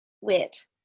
wit